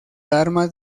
armas